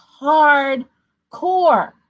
hardcore